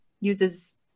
uses